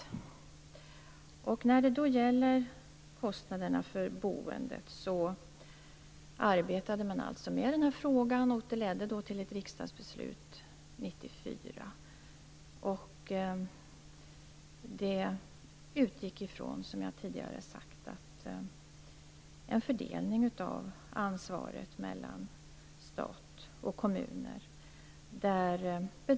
Det har arbetats med frågan om kostnaderna för boendet, vilket ledde till ett riksdagsbeslut 1994. Som jag tidigare sagt var utgångspunkten en fördelning av ansvaret mellan stat och kommuner.